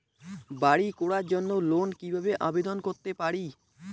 বাড়ি করার জন্য লোন কিভাবে আবেদন করতে পারি?